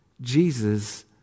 Jesus